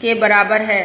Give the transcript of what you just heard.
के बराबर है